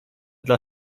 dla